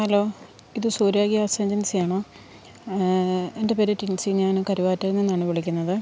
hello ഇത് Surya gas എജെന്സ്സിയാണോ എന്റെ പേര് റ്റിന്സി ഞാന് കരുവാറ്റയില്നിന്നാണ് വിളിക്കുന്നത്